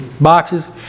boxes